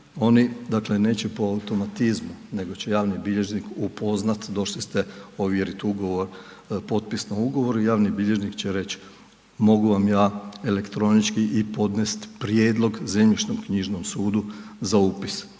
oni dakle neće po automatizmu, nego će javni bilježnik upoznat, došli ste ovjeriti ugovor, potpis na ugovoru, javni bilježnik će reći mogu vam ja elektronički i podnesti prijedlog zemljišno-knjižnom sudu za upis